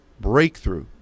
breakthrough